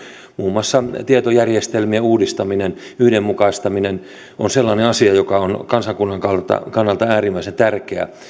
muun muassa tietojärjestelmien uudistaminen yhdenmukaistaminen on sellainen asia joka on kansakunnan kannalta kannalta äärimmäisen tärkeä